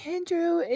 Andrew